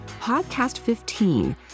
PODCAST15